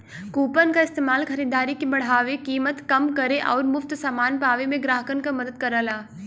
coupon क इस्तेमाल खरीदारी के बढ़ावे, कीमत कम करे आउर मुफ्त समान पावे में ग्राहकन क मदद करला